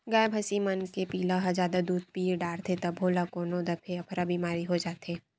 गाय भइसी मन के पिला ह जादा दूद पीय डारथे तभो ल कोनो दफे अफरा बेमारी हो जाथे